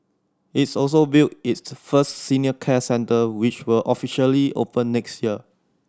it's also built its first senior care centre which will officially open next year